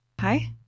Hi